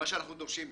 אנחנו דורשים בכלל,